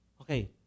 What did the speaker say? Okay